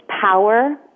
power